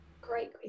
Great